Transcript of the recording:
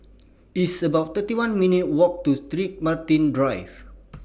It's about thirty one minutes' Walk to St Martin's Drive